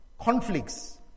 conflicts